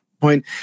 point